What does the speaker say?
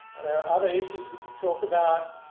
there are other issues we could talk about.